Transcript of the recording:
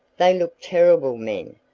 they looked terrible men,